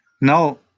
Now